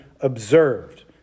observed